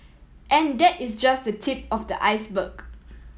and that is just the tip of the iceberg